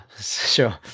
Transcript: Sure